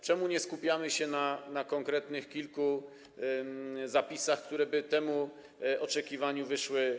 Czemu nie skupiamy się na konkretnych kilku zapisach, które by temu oczekiwaniu wyszły